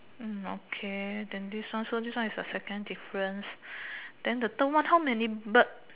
okay then this one so this one is the second difference then the third one how many bird